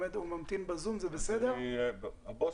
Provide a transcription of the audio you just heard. ניצב אלון אריה, ראש